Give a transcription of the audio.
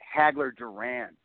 Hagler-Duran